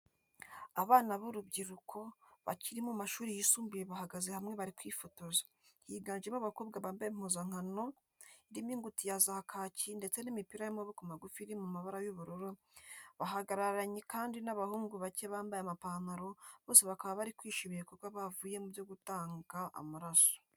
Abana b'urubyiruko bakiri mu mashuri yisumbuye bahagaze hamwe bari kwifitoza, higanjemo abakobwa bambaye impuzankano irimo ingutiya za kaki ndetse n'imipira y'amaboko magufi iri mu mabara y'ubururu, bahagararanye kandi n'abahungu bake bambaye amapantaro, bose bakaba bari kwishimira ibikorwa bavuyemo byo gutanga amaraso.